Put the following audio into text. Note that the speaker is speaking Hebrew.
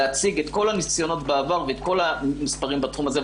להציג את כל הניסיונות בעבר ואת כל המספרים בתחום הזה.